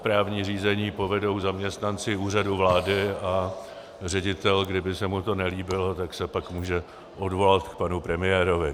To správní řízení povedou zaměstnanci Úřadu vlády a ředitel, kdyby se mu to nelíbilo, se pak může odvolat k panu premiérovi.